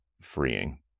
freeing